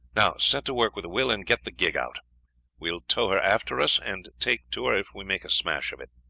now set to work with a will and get the gig out. we will tow her after us, and take to her if we make a smash of it.